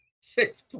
Six